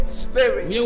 spirit